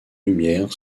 lumière